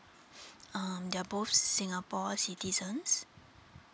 um they're both singapore citizens